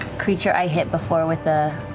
creature i hit before with the